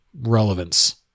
relevance